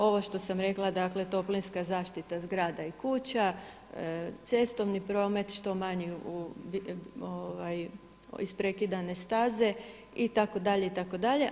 Ovo što sam rekla, dakle toplinska zaštita zgrada i kuća, cestovni promet što manji, isprekidane staze itd. itd.